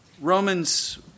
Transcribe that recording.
Romans